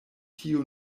tiu